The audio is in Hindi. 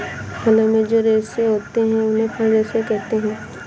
फलों में जो रेशे होते हैं उन्हें फल रेशे कहते है